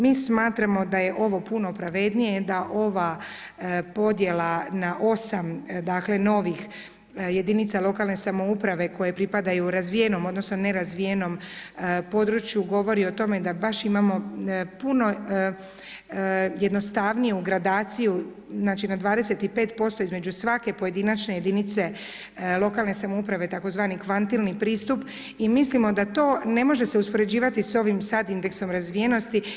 Mi smatramo da je ovo puno pravednije da ova podjela na 8 novih jedinica lokalne samouprave koje pripadaju razvijenom, odnosno nerazvijenom području govori o tome da baš imamo puno jednostavniju gradaciju, znači na 25% između svake pojedinačne jedinice lokalne samouprave tzv. kvantilni pristup i milimo da to ne može se uspoređivati sa ovim sad indeksom razvijenosti.